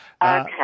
Okay